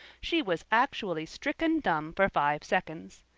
she was actually stricken dumb for five seconds.